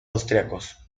austríacos